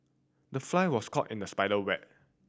the fly was caught in the spider web